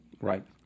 right